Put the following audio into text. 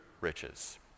riches